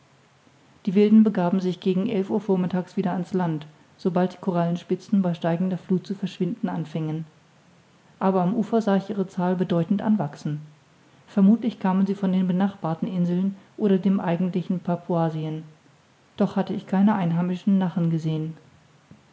die wilden begaben sich gegen elf uhr vormittags wieder an's land sobald die korallenspitzen bei steigender fluth zu verschwinden anfingen aber am ufer sah ich ihre zahl bedeutend anwachsen vermuthlich kamen sie von den benachbarten inseln oder dem eigentlichen papuasien doch hatte ich keine einheimischen nachen gesehen